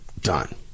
Done